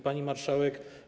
Pani Marszałek!